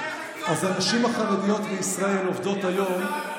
אדוני היושב-ראש.